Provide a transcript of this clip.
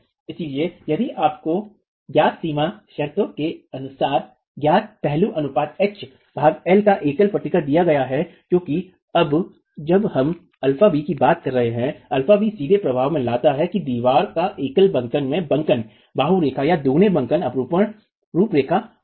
इसलिए यदि आपको ज्ञात सीमा शर्तों के अनुसार ज्ञात पहलू अनुपात h भाग l का एकल पट्टिका दिया गया है क्योंकि अब जब हम αv की बात कर रहे हैं αv सीधे प्रभाव में लाता है कि क्या दीवार एकल बंकन में बंकन बाहू रुपरेखा या दूगनी बंकन अपरूपण रूपरेखा होती है